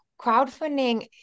crowdfunding